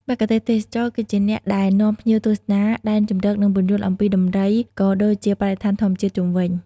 មគ្គុទ្ទេសក៍ទេសចរ គឺជាអ្នកដែល នាំភ្ញៀវទស្សនា ដែនជម្រក និង ពន្យល់អំពីដំរី ក៏ដូចជា បរិស្ថានធម្មជាតិ ជុំវិញ។